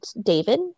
David